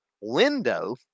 window